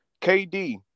KD